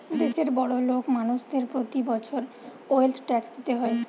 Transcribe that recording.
দেশের বড়োলোক মানুষদের প্রতি বছর ওয়েলথ ট্যাক্স দিতে হয়